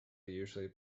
usually